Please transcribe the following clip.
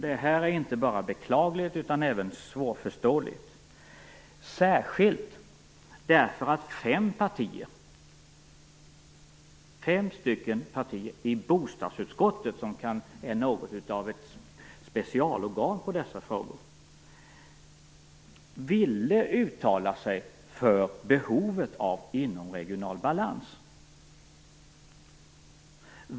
Detta är inte bara beklagligt utan även svårförståeligt, särskilt därför att fem partier i bostadsutskottet - som är något av ett specialorgan i dessa frågor - ville uttala sig för behovet av inomregional balans.